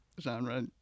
genre